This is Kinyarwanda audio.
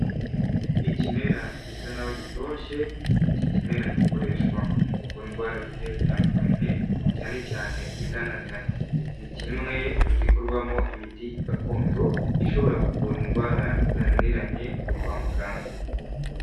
Ikimera gisa n'aho gitoshye, iki kimera gikoreshwa mu kuvura indwara zigiye zitandukanye, cyane cyane izanananiranye. Ni kimwe mu gikorwamo imiti gakondo ishobora kuvura indwara zananiranye kwa muganga.